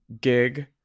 gig